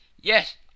Yes